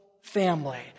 family